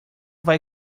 vai